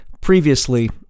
previously